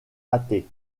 athée